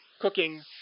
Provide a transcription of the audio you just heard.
cooking